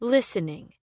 Listening